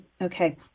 Okay